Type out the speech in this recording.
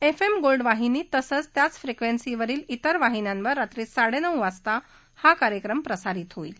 F M gold वाहिनी तसंच त्याच फ्रीक्वस्सी तेर वाहिन्यावर रात्री साडविऊ वाजता हा कार्यक्रम प्रसारित होईल